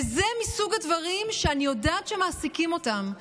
וזה מסוג הדברים שאני יודעת שמעסיקים אותם.